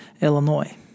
Illinois